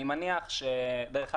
דרך אגב,